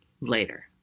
later